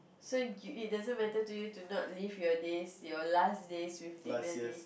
so you it doesn't matter to you to not live your days your last days with dignity